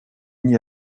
n’y